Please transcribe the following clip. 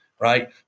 Right